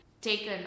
taken